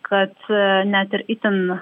kad net ir itin